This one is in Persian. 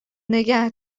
نگه